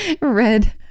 red